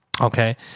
okay